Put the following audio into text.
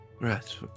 Right